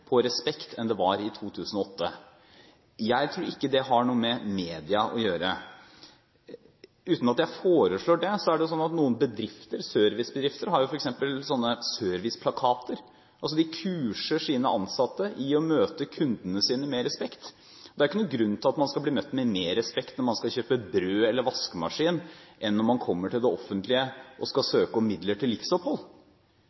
på respekt enn det var i 2008. Jeg tror ikke det har noe med media å gjøre. Uten at jeg foreslår det, er det jo sånn at noen servicebedrifter f.eks. har serviceplakater. De kurser sine ansatte i å møte kundene med respekt. Det er ikke noen grunn til at man skal bli møtt med mer respekt når man skal kjøpe brød eller vaskemaskin enn når man kommer til det offentlige og skal